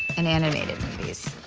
in animated movies.